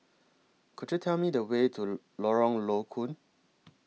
Could YOU Tell Me The Way to Lorong Low Koon